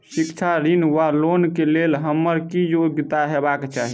शिक्षा ऋण वा लोन केँ लेल हम्मर की योग्यता हेबाक चाहि?